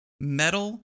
metal